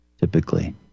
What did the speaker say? Typically